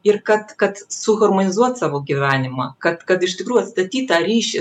ir kad kad suharmonizuot savo gyvenimą kad kad iš tikrųjų atstatyt tą ryšį